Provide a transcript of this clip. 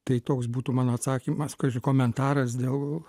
tai toks būtų mano atsakymas kaži komentaras dėl